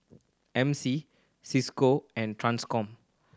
M C Cisco and Transcom